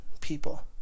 people